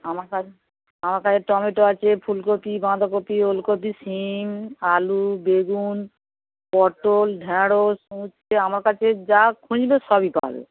আমার কাছে আমার কাছে টমেটো আছে ফুলকপি বাঁধাকপি ওলকপি সিম আলু বেগুন পটল ঢ্যাঁড়োস উচ্ছে আমার কাছে যা খুঁজবে সবই পাবে